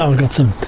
um got some